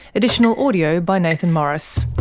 additional audio by nathan morris,